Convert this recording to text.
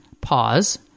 pause